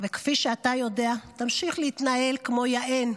וכפי שאתה יודע, תמשיך להתנהל כמו יען.